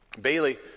Bailey